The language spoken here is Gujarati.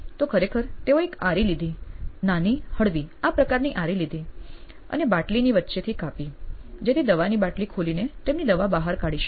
તો ખરેખર તેઓએ એક આરી લીધી નાની હળવી આ પ્રકારની આરી લીધી અને બાટલીની વચ્ચેથી કાપી જેથી દવાની બાટલી ખોલીને તેમની દવા બહાર કાઢી શકે